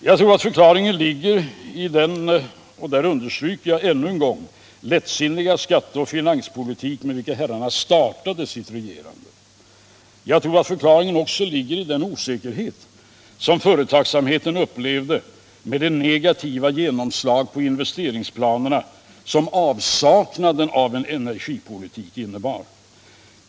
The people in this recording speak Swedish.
Jag tror att förklaringen ligger i — det understryker jag ännu en gång — den lättsinniga skatteoch finanspolitik med vilken herrarna startade sitt regerande. Jag tror att förklaringen också ligger i den osäkerhet som företagsamheten upplevt på grund av det negativa genomslag på investeringsplanerna som avsaknaden av en energipolitik innebär.